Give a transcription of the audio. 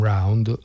Round